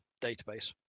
database